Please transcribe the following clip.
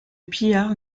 pillards